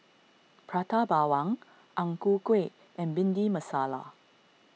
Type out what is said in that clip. Prata Bawang Ang Ku Kueh and Bhindi Masala